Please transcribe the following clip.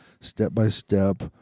step-by-step